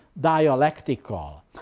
dialectical